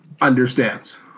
understands